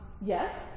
Yes